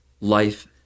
life